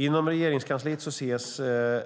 Inom Regeringskansliet ses